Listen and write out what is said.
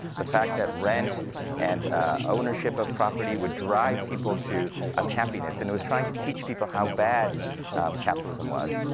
the fact that rent and ownership of property would drive people to unhappiness, and it was trying to teach people how bad capitalism was.